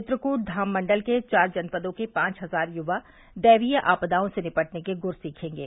चित्रकूट धाम मंडल के चार जनपदों के पांच हजार युवा दैवीय आपदाओं से निपटने के गुर सीखेंगे